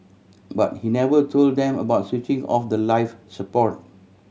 but he never told them about switching off the life support